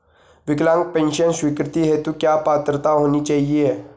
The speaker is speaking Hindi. विकलांग पेंशन स्वीकृति हेतु क्या पात्रता होनी चाहिये?